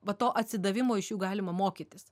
va to atsidavimo iš jų galima mokytis